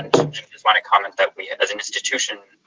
and just want to comment that we, as an institution,